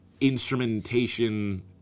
instrumentation